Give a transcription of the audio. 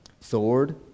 sword